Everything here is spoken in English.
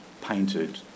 painted